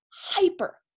hyper